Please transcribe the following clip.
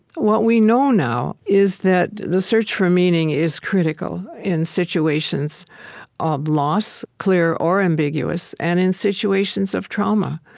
what we know now is that the search for meaning is critical in situations of loss, clear or ambiguous, and in situations of trauma.